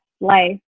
life